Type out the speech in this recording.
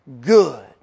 good